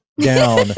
down